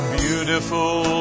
beautiful